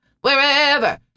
wherever